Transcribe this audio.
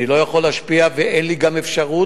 אני לא יכול להשפיע ואין לי גם אפשרות,